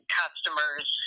customers